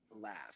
laugh